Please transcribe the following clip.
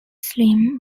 slim